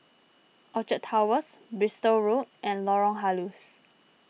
Orchard Towers Bristol Road and Lorong Halus